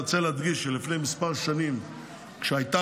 אני רוצה להדגיש שלפני כמה שנים,